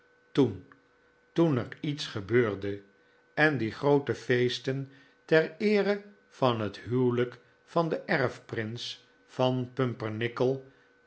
toen toen er iets gebeurde en die groote feesten ter eere van het huwelijk van den erfprins van